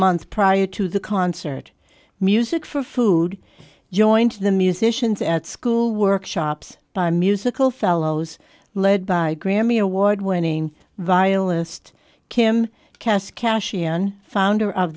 month prior to the concert music for food joined the musicians at school workshops by musical fellows led by grammy award winning violinist kim kesse cash and founder of